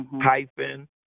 hyphen